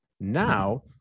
now